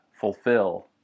fulfill